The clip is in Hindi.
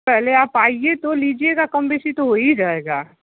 पहले आप आइए तो लीजिएगा कमो बेशी तो हो ही जाएगी